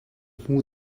hmu